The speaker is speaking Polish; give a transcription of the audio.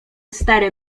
stary